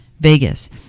Vegas